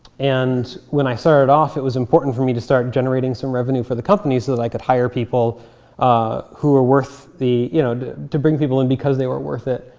and when i started off, it was important for me to start generating some revenue for the company so that i could hire people who were worth the you know to bring people and because they were worth it.